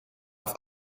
auf